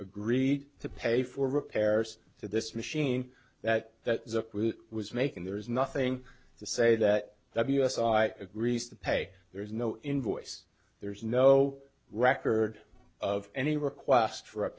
agreed to pay for repairs to this machine that that was making there's nothing to say that w s i agrees to pay there's no invoice there's no record of any request